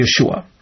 Yeshua